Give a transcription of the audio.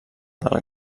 del